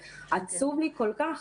ועצוב לי כל כך.